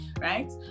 right